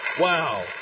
Wow